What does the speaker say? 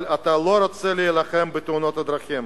אבל אתה לא רוצה להילחם בתאונות הדרכים.